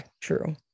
True